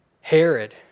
Herod